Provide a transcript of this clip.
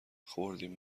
خوردیم